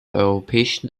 europäischen